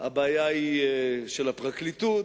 הבעיה היא של הפרקליטות,